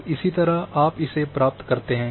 तो इसी तरह आप इसे प्राप्त करते हैं